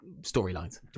storylines